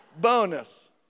Bonus